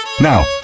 Now